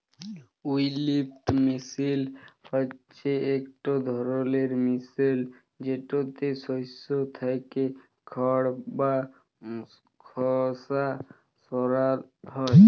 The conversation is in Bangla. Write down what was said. উইলউইং মিশিল হছে ইকট ধরলের মিশিল যেটতে শস্য থ্যাইকে খড় বা খসা সরাল হ্যয়